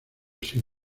sin